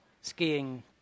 skiing